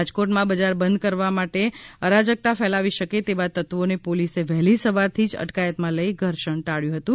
રાજકોટ માં બજાર બંધ કરવા માટે અરાજકતા ફેલાવી શકે તેવા તત્વોને પોલીસે વહેલી સવારથી જ અટકાયતમાં લઈ ઘર્ષણ ટાબ્યું હતું